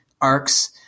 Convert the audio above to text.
arcs